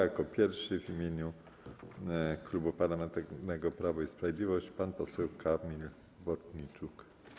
Jako pierwszy w imieniu Klubu Parlamentarnego Prawo i Sprawiedliwość pan poseł Kamil Bortniczuk.